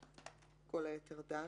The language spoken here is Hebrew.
בכל היתר דנו.